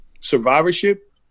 survivorship